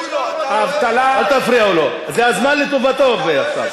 אל תפריעו לו, הזמן לטובתו עכשיו.